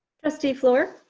trustee flour.